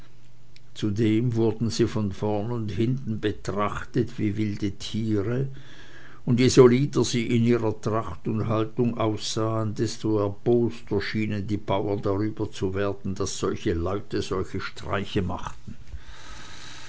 zudem wurden sie von vorn und hinten betrachtet wie wilde tiere und je solider sie in ihrer tracht und haltung aussahen desto erboster schienen die bauern darüber zu werden daß solche leute solche streiche machten